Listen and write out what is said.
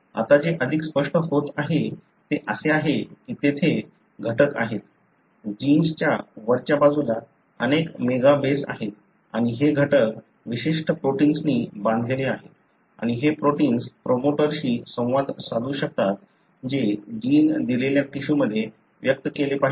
आता जे अधिक स्पष्ट होत आहे ते असे आहे की तेथे घटक आहेत जिन्सच्या वरच्या बाजूला अनेक मेगा बेस आहेत आणि हे घटक विशिष्ट प्रोटिन्सनी बांधलेले आहेत आणि हे प्रोटिन्स प्रमोटरशी संवाद साधू शकतात जे जिन दिलेल्या टिशुमध्ये व्यक्त केले पाहिजे की नाही हे नियंत्रित करते